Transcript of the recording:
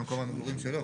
במקום המגורים שלו?